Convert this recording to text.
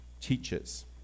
teaches